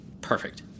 Perfect